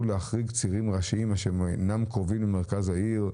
להחריג צירים ראשיים אשר אינם קרובים למרכז העיר,